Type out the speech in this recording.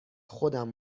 خودم